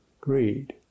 greed